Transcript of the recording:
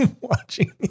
watching